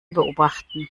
beobachten